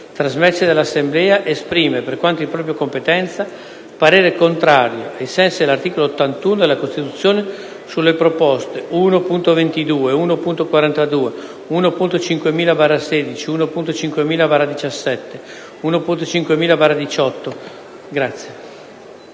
trasmessi dall’Assemblea, esprime, per quanto di propria competenza, parere contrario, ai sensi dell’articolo 81 della Costituzione, sulle proposte 1.22, 1.42, 1.5000/16, 1.5000/17, 1.5000/18,